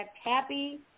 happy